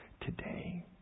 today